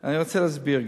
אני רוצה גם להסביר.